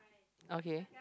okay